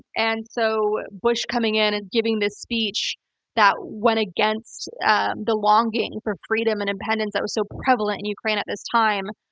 and so, bush coming in and giving this speech that went against the longing for freedom and independence that was so prevalent in ukraine at this time,